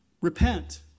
repent